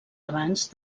abans